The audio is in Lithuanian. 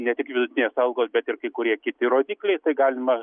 ne tik vidutinės algos bet ir kai kurie kiti rodikliai tai galima